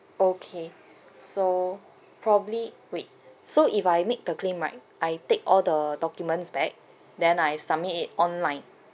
okay so probably wait so if I make the claim right I take all the documents back then I submit it online